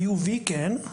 ה-UV, כן.